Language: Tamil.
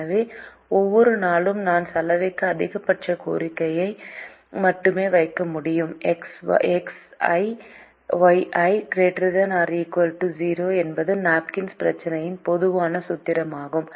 எனவே ஒவ்வொரு நாளும் நான் சலவைக்கு அதிகபட்ச கோரிக்கையை மட்டுமே வைக்க முடியும் Xi Yi ≥ 0 என்பது நாப்கின்ஸ் பிரச்சினையின் பொதுவான சூத்திரமாகும்